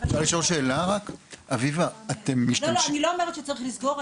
אני לא אומרת שצריך לסגור,